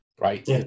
Right